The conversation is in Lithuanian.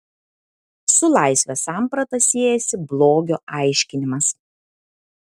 su laisvės samprata siejasi blogio aiškinimas